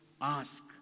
Ask